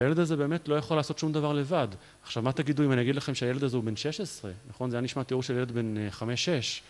הילד הזה באמת לא יכול לעשות שום דבר לבד עכשיו מה תגידו אם אני אגיד לכם שהילד הזה הוא בן שש עשרה נכון זה היה נשמע תיאור של ילד בן חמש שש